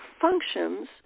functions